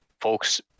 folks